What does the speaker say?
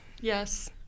Yes